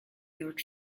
york